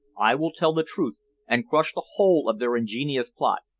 i will tell the truth and crush the whole of their ingenious plot.